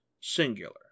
Singular